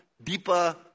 deeper